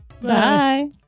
bye